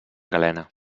galena